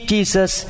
Jesus